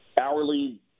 hourly